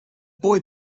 boy